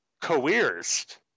coerced